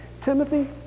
Timothy